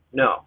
no